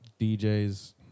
DJs